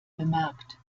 bemerkt